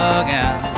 again